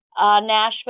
Nashville